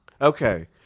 Okay